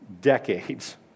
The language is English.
decades